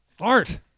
art